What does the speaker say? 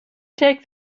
take